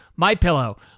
MyPillow